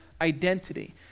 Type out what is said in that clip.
identity